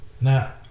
Now